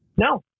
No